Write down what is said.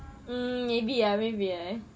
um maybe maybe ah